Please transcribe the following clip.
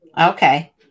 Okay